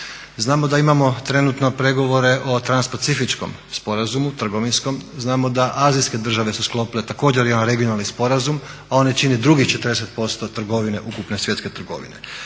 Znamo da imamo trenutno pregovore o transpacifičkom sporazumu, trgovinskom. Znamo da azijske države su sklopile također jedan regionalni sporazum, a one čine drugih 40% trgovine, ukupne svjetske trgovine.